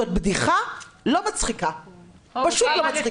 זאת בדיחה לא מצחיקה, פשוט לא מצחיקה.